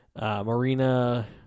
Marina